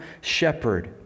shepherd